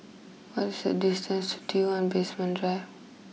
what is the distance to T one Basement Drive